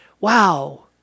Wow